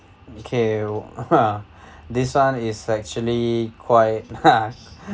okay this [one] is actually quite